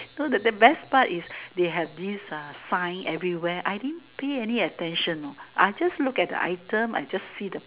so the best part is they have this uh sign everywhere I didn't pay any attention know I just look at the item I just see the